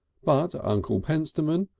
but uncle pentstemon,